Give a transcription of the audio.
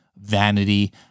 vanity